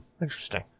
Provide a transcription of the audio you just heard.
Interesting